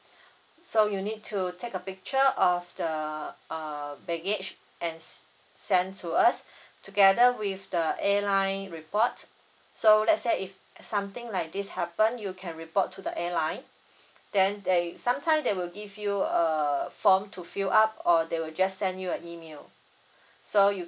so you need to take a picture of the uh baggage and send to us together with the airline report so let's say if something like this happen you can report to the airline then they sometime they will give you a form to fill up or they will just send you an email so you